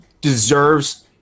deserves